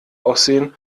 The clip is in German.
aussehen